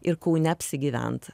ir kaune apsigyvent